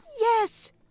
Yes